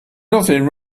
nothing